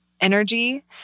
energy